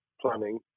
planning